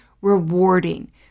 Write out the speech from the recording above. rewarding